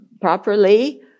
properly